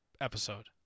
episode